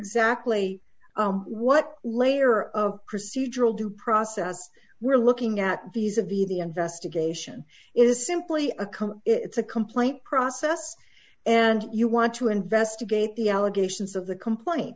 exactly what layer of procedural due process we're looking at these of the the investigation is simply a come it's a complaint process and you want to investigate the allegations of the complain